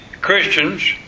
Christians